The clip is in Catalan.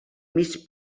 mig